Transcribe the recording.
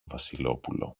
βασιλόπουλο